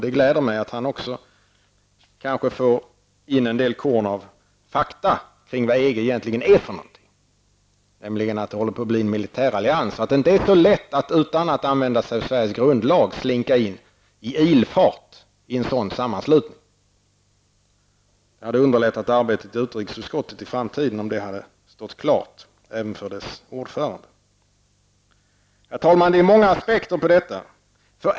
Det gläder mig att han också kanske får in en del korn av fakta kring vad EG egentligen är för något. Det håller nämligen på att bli en militärallians. Det är inte så lätt att utan att använda sig av Sveriges grundlag slinka in i ilfart i en sådan sammanslutning. Det hade underlättat arbetet i utrikesutskottet i framtiden om det hade stått klart även för dess ordförande. Herr talman! Det finns många aspekter på detta.